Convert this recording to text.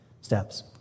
steps